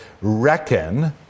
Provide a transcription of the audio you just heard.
reckon